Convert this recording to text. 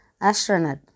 astronaut